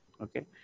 okay